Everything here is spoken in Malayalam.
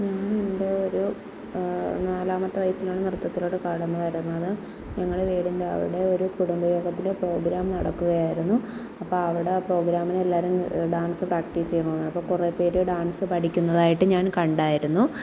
ഞാനെൻ്റെ ഒരു നാലാമത്തെ വയസ്സിലാണ് നൃത്തത്തിലോട്ട് കടന്നു വരുന്നത് ഞങ്ങളുടെ വീടിൻ്റെ അവിടെ ഒരു കുടുംബയോഗത്തിൽ പ്രോഗ്രാം നടക്കുകയായിരുന്നു അപ്പോൾ അവിടെ പ്രോഗ്രാമിന് എല്ലാവരും ഡാൻസ് പ്രാക്ടീസ് ചെയ്യുന്നുണ്ടായിരുന്നു അപ്പോൾ കുറേ പേർ ഡാൻസ് പഠിക്കുന്നതായിട്ട് ഞാൻ കണ്ടിരുന്നു